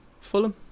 Fulham